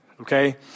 okay